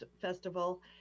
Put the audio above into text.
Festival